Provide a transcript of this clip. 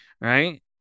Right